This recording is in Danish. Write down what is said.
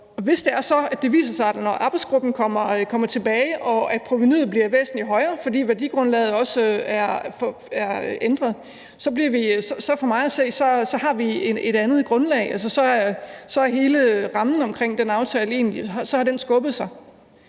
Hvis det så viser sig, når arbejdsgruppen vender tilbage, at provenuet bliver væsentlig højere, fordi værdigrundlaget også er ændret, har vi for mig at se et andet grundlag, og så har hele rammen omkring den aftale egentlig